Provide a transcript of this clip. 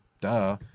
Duh